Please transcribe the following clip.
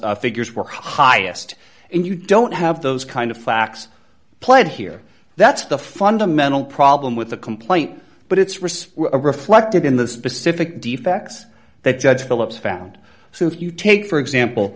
sales figures were highest and you don't have those kind of facts played here that's the fundamental problem with the complaint but it's risp reflected in the specific defects that judge phillips found so if you take for example